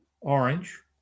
orange